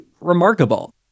remarkable